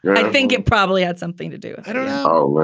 i think it probably had something to do. i don't know